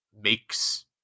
makes